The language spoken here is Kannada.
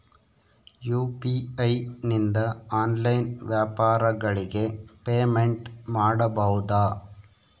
ಯು.ಪಿ.ಐ ನಿಂದ ಆನ್ಲೈನ್ ವ್ಯಾಪಾರಗಳಿಗೆ ಪೇಮೆಂಟ್ ಮಾಡಬಹುದಾ?